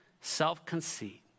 self-conceit